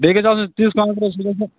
بیٚیہِ گَژھِ آسن تِژھ کانٛگر سُہ گَژھِ نہٕ